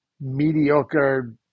mediocre